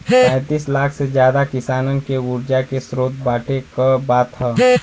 पैंतीस लाख से जादा किसानन के उर्जा के स्रोत बाँटे क बात ह